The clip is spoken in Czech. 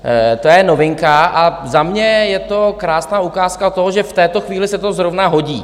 To je novinka a za mě je to krásná ukázka toho, že v této chvíli se to zrovna hodí.